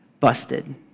busted